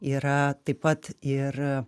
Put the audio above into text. yra taip pat ir